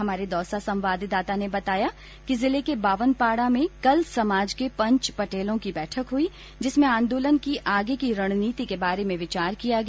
हमारे दौसा संवाददाता ने बताया कि जिले के बावनपाडा में कल समाज के पंच पटेलों की बैठक हुई जिसमें आन्दोलन की आगे की रणनीति के बारे में विचार किया गया